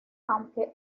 aunque